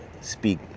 speak